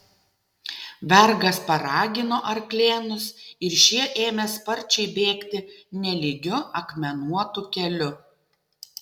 vergas paragino arklėnus ir šie ėmė sparčiai bėgti nelygiu akmenuotu keliu